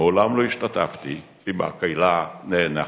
מעולם לא השתתפתי במקהלה נאנחת.